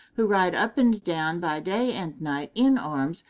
who ride up and down by day and night in arms,